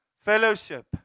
Fellowship